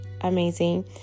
amazing